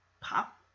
pop